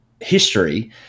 history